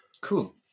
Cool